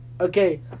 Okay